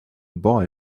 boy